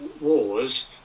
wars